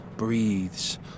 breathes